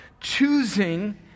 choosing